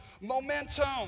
momentum